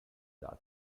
dati